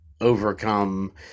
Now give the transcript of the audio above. overcome